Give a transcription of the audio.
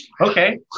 Okay